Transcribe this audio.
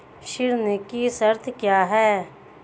ऋण की शर्तें क्या हैं?